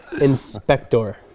Inspector